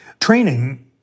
training